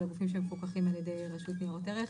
הגופים שמפוקחים על ידי רשות ניירות ערך,